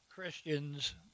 Christians